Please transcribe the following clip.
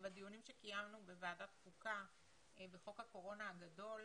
בדיונים שקיימנו בוועדת חוקה על חוק הקורונה הגדול,